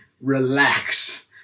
relax